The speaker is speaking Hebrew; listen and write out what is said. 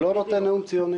אני לא נותן נאום ציוני.